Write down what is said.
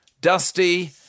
dusty